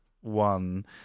one